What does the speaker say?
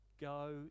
Go